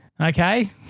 Okay